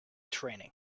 training